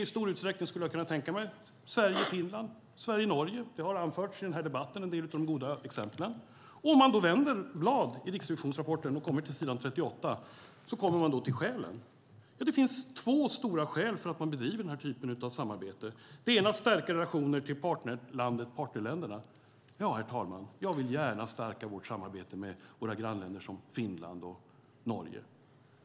I stor utsträckning skulle jag kunna tänka mig Sverige-Finland och Sverige-Norge. De har anförts i denna debatt som goda exempel. Om man vänder blad i Riksrevisionens rapport och kommer till s. 38 kommer man till skälen. Det finns två stora skäl till att man bedriver denna typ av samarbete. Det ena är att stärka relationerna till partnerländerna. Jag vill, herr talman, gärna stärka vårt samarbete med våra grannländer Finland och Norge.